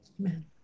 Amen